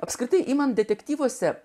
apskritai imant detektyvuose